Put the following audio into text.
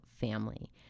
family